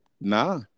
Nah